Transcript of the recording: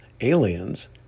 aliens